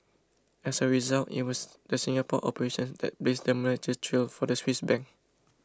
as a result it was the Singapore operations that blazed the merger trail for the Swiss Bank